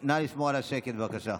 נא לשמור על השקט, בבקשה.